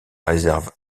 réserve